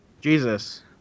Jesus